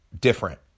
different